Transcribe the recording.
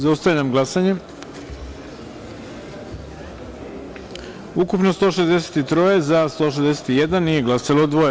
Zaustavljam glasanje: ukupno – 163, za – 161, nije glasalo – dvoje.